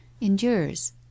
endures